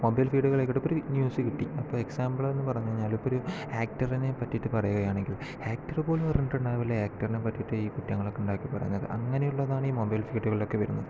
mobile ഫീഡുകളായിക്കോട്ടെ ഇപ്പോഴൊരു news കിട്ടി ഇപ്പോൾ ഏക്സാമ്പിൾ എന്ന് പറഞ്ഞുകഴിഞ്ഞാൽ ഒരു ആക്റ്ററിനെപ്പറ്റി പറയുകയാണെങ്കിൽ ആക്റ്റർ പോലും അറിഞ്ഞിട്ടുണ്ടാവില്ല ആക്റ്ററിനെപ്പറ്റീട്ട് ഈ കുറ്റങ്ങളൊക്കെ ഉണ്ടാക്കി പറഞ്ഞിട്ടുള്ളത് അങ്ങനെയുള്ളതാണ് ഈ മൊബൈൽ ഫീഡുകളിലൊക്കെ വരുന്നത്